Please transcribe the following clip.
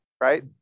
right